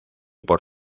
por